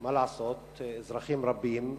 מה לעשות, אזרחים רבים,